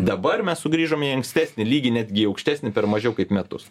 dabar mes sugrįžom į ankstesnį lygį netgi į aukštesnį per mažiau kaip metus